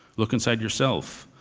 look inside yourself.